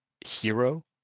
hero